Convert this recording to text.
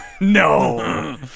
No